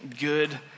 good